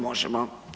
Možemo.